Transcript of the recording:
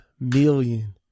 Million